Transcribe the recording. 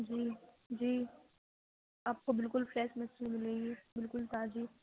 جی جی آپ کو بالکل فریش مچھلی ملے گی بالکل تازی